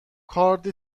کارد